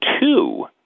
two